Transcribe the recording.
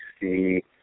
see